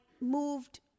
moved